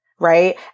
right